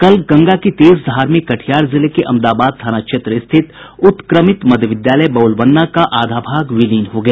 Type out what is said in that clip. कल गंगा की तेज धार में कटिहार जिले के अमदाबाद थाना क्षेत्र स्थित उत्क्रमित मध्य विद्यालय बबुलबन्ना का आधा भाग विलीन हो गया